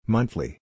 Monthly